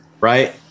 Right